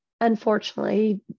Unfortunately